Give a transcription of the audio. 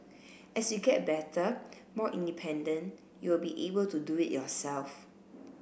as you get better more independent you will be able to do it yourself